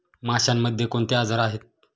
माशांमध्ये कोणते आजार आहेत?